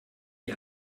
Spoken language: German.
die